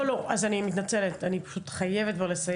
לא, אז אני מתנצלת, אני חייבת כבר לסיים.